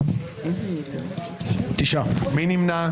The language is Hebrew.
מי נמנע?